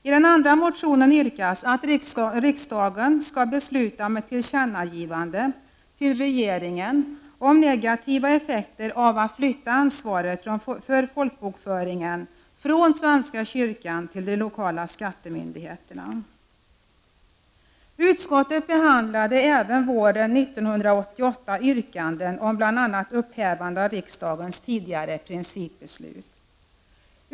I den andra motionen yrkas att riksdagen skall besluta om ett tillkännagivande till regeringen, om negativa effekter av att flytta ansvaret för folkbokföringen från svenska kyrkan till de lokala skattemyndigheterna. Utskottet behandlade även våren 1988 yrkanden om bl.a. upphävande av riksdagens tidigare principbeslut.